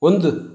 ಒಂದು